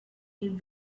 new